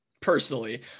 Personally